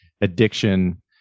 addiction